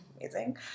Amazing